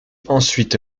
ensuite